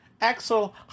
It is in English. Axel